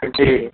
जी